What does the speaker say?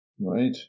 right